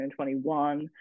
2021